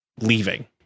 leaving